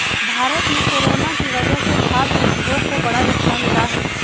भारत में कोरोना की वजह से खाघ उद्योग को बड़ा झटका मिला है